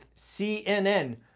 CNN